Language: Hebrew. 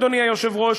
אדוני היושב-ראש,